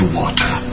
water